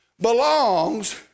belongs